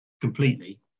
completely